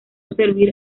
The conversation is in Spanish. servir